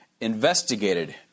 investigated